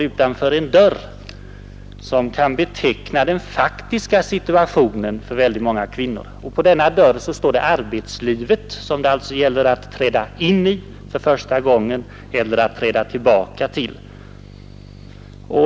Där finns en bild som kan illustrera den faktiska situationen för många kvinnor. Framför en dörr står en kvinna. På denna dörr står det ARBETSLIVET, som det alltså gäller att träda in i för första gången eller att träda tillbaka till.